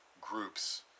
groups